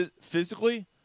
physically